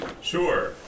Sure